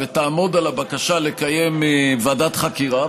יש בקשה ותעמוד על הבקשה לקיים ועדת חקירה,